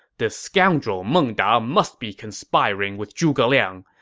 this scoundrel meng da must be conspiring with zhuge liang.